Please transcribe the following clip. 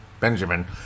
Benjamin